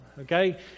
okay